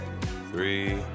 Three